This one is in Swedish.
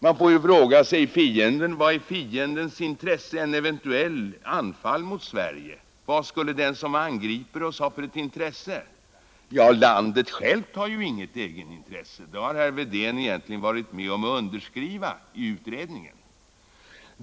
Man får ju fråga sig: Vad är fiendens avsikt med ett eventuellt anfall mot Sverige, vad vill den som angriper uppnå härmed? Landet självt har ju inget egenvärde — den meningen har herr Wedén varit med om att skriva under i utredningen.